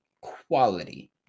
quality